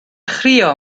chrio